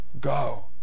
go